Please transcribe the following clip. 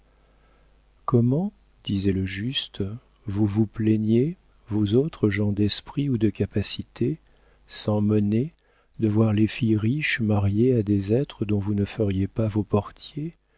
comment disait le juste vous vous plaignez vous autres gens d'esprit ou de capacité sans monnaie de voir les filles riches mariées à des êtres dont vous ne feriez pas vos portiers